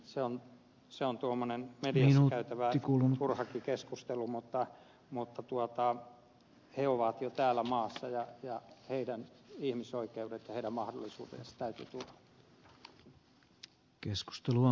se on tuommoinen mediassa käytävä turhakin keskustelu mutta he ovat jo täällä maassa ja heidän ihmisoikeutensa ja heidän mahdollisuutensa täytyy turvata